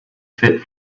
fit